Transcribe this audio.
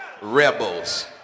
rebels